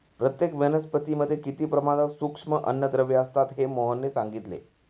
प्रत्येक वनस्पतीमध्ये किती प्रमाणात सूक्ष्म अन्नद्रव्ये असतात हे मोहनने सांगितले